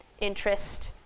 interest